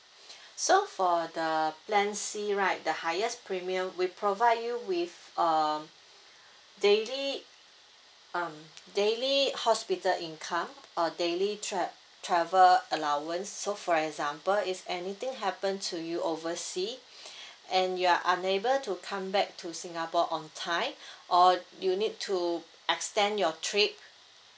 so for the plan C right the highest premium we provide you with um daily um daily hospital income or daily tra~ travel allowance so for example if anything happen to you oversea and you are unable to come back to singapore on time or you need to extend your trip